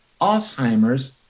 Alzheimer's